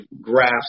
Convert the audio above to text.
graphs